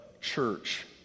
church